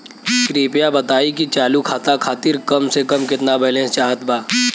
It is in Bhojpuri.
कृपया बताई कि चालू खाता खातिर कम से कम केतना बैलैंस चाहत बा